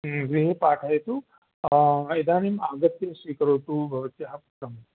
गृहे पाठयतु इदानीं आगत्य स्वीकरोतु भवत्याः पुत्रं